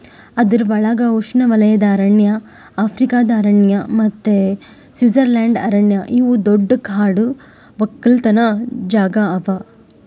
ಅದುರ್ ಒಳಗ್ ಉಷ್ಣೆವಲಯದ ಅರಣ್ಯ, ಆಫ್ರಿಕಾದ ಅರಣ್ಯ ಮತ್ತ ಸ್ವಿಟ್ಜರ್ಲೆಂಡ್ ಅರಣ್ಯ ಇವು ದೊಡ್ಡ ಕಾಡು ಒಕ್ಕಲತನ ಜಾಗಾ ಅವಾ